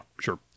sure